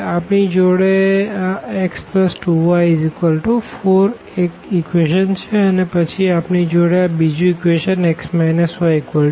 તો આપણી જોડે આ 𝑥2𝑦 4 એક ઇક્વેશન છે અને પછી આપણી જોડે આ બીજું ઇક્વેશન x y1 છે